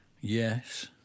Yes